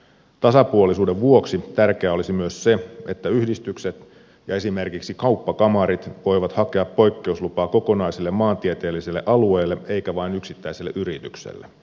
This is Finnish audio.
tasapuolisuuden vuoksi tärkeää olisi myös se että yhdistykset ja esimerkiksi kauppakamarit voisivat hakea poikkeuslupaa kokonaiselle maantieteelliselle alueelle eivätkä vain yksittäiselle yritykselle